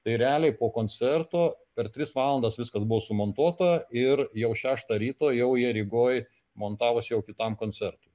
tai realiai po koncerto per tris valandas viskas buvo sumontuota ir jau šeštą ryto jau jie rygoj montavos jau kitam koncertui